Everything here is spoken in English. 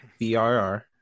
VRR